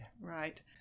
Right